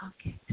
Okay